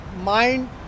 mind